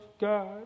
God